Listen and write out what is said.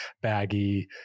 baggy